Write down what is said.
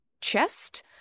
chest